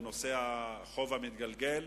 בנושא החוב המתגלגל,